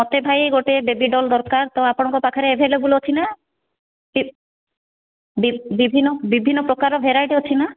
ମୋତେ ଭାଇ ଗୋଟେ ବେବିଡ଼ଲ୍ ଦରକାର ତ ଆପଣଙ୍କ ପାଖରେ ଆଭେଲେବୁଲ୍ ଅଛି ନା ବିଭିନ୍ନ ବିଭିନ୍ନ ପ୍ରକାର ଭେରାଇଟି ଅଛି ନା